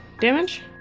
damage